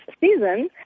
season